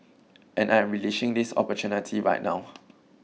and I am relishing this opportunity right now